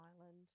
Island